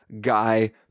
guy